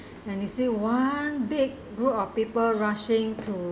and you see one big group of people rushing to